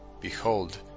behold